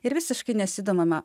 ir visiškai nesidomima